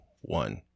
one